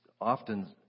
often